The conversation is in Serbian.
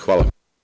Hvala.